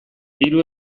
hiru